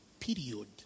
Period